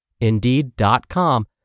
Indeed.com